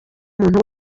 muntu